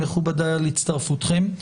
מכובדיי, על הצטרפותכם.